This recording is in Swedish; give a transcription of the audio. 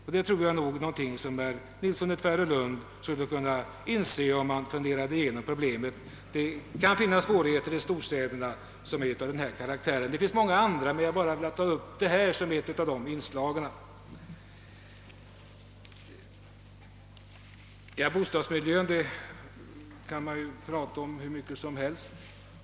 Jag tror att herr Nilsson i Tvärålund skulle kunna inse detta om han funderade igenom problemet. Det kan finnas svårigheter av denna karaktär i storstäderna. Det finns många andra svårigheter, men jag har velat nämna denna som ett av inslagen. Bostadsmiljön kan man tala om hur länge som helst.